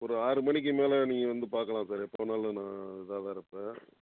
ஒரு ஆறு மணிக்கு மேலே நீங்கள் வந்து பார்க்கலாம் சார் எப்போ வேணாலும் நான் இதாக தான் இருப்பேன்